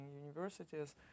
universities